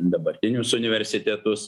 dabartinius universitetus